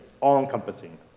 all-encompassing